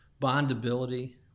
bondability